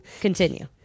continue